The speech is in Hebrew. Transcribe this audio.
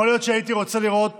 יכול להיות שהייתי רוצה לראות